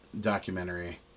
documentary